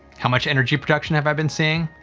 how much energy production have i been seeing?